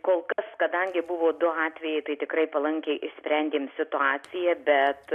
kol kas kadangi buvo du atvejai tai tikrai palankiai išsprendėm situaciją bet